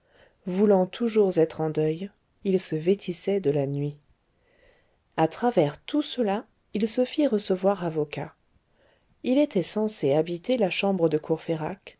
voulant toujours être en deuil il se vêtissait de la nuit à travers tout cela il se fit recevoir avocat il était censé habiter la chambre de